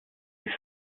ist